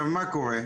מה קורה?